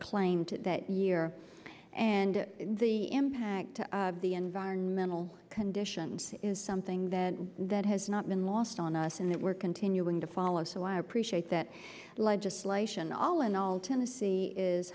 claimed at that year and the impact of the environmental conditions is something that that has not been lost on us and that we're continuing to follow so i appreciate that legislation all in all tennessee is